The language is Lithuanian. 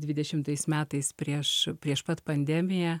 dvidešimtais metais prieš prieš pat pandemiją